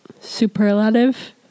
superlative